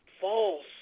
false